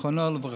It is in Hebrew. זיכרונו לברכה.